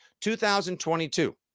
2022